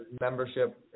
membership